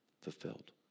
fulfilled